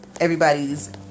everybody's